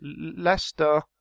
Leicester